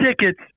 tickets